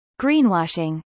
greenwashing